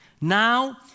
Now